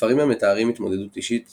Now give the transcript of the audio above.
ספרים המתארים התמודדות אישית